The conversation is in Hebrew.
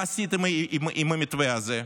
ומה עשיתם עם המתווה הזה?